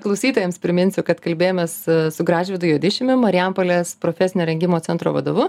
klausytojams priminsiu kad kalbėjomės su gražvydu juodišiumi marijampolės profesinio rengimo centro vadovu